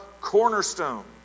cornerstone